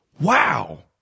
Wow